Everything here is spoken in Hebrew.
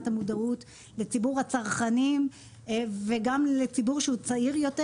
המודעות לציבור הצרכנים וגם לציבור שהוא צעיר יותר.